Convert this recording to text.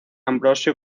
ambrosio